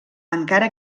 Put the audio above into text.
encara